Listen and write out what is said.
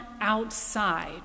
outside